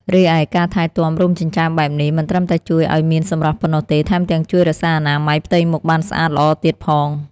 រីឯ ការថែទាំរោមចិញ្ចើមបែបនេះ មិនត្រឹមតែជួយឲ្យមានសម្រស់ប៉ុណ្ណោះទេ ថែមទាំងជួយរក្សាអនាម័យផ្ទៃមុខបានស្អាតល្អទៀតផង។